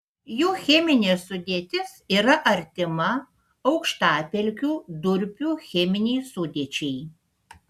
jų cheminė sudėtis yra artima aukštapelkių durpių cheminei sudėčiai